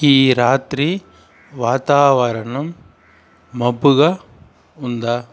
ఈ రాత్రి వాతావరణం మబ్బుగా ఉందా